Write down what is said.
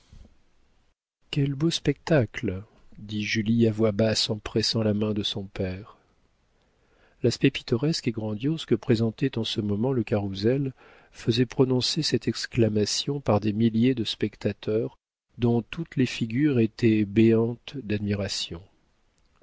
quel beau spectacle dit julie à voix basse en pressant la main de son père l'aspect pittoresque et grandiose que présentait en ce moment le carrousel faisait prononcer cette exclamation par des milliers de spectateurs dont toutes les figures étaient béantes d'admiration